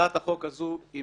הצעת החוק הזו היא